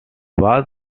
was